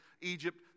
Egypt